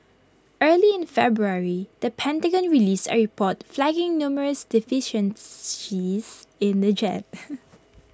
early in February the Pentagon released A report flagging numerous deficiencies in the jet